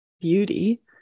beauty